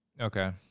Okay